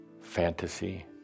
fantasy